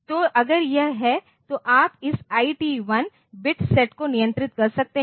तो अगर यह है तो आप इस IT1 बिट सेट को नियंत्रित कर सकते हैं